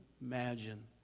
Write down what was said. imagine